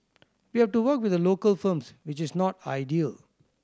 we have to work with the local firms which is not ideal